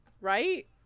right